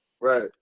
Right